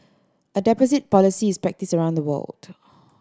a deposit policy is practised around the world